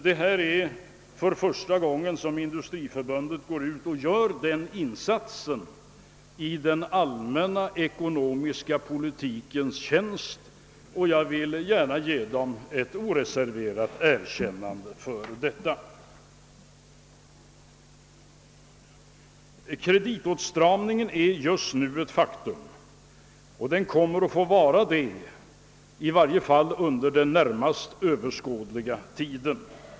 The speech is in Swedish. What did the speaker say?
Det är som sagt första gången Sveriges industriförbund gör en sådan insats i den allmänna ekonomiska politikens tjänst, som jag gärna vill ge förbundet ett oreserverat erkännande för. Kreditåtstramningen är ett faktum och kommer väl att förbli det under i varje fall den närmast överskådliga tiden.